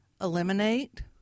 Eliminate